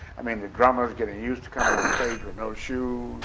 i mean the drummers getting used to coming on stage with no shoes